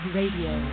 Radio